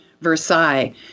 Versailles